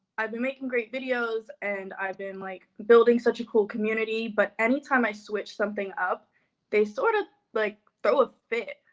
i've been making great videos and i've been like building such a cool community, but anytime i switch something up they sort of like throw a fit.